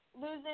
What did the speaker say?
losing